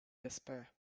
despair